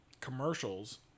commercials